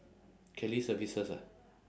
kelly services ah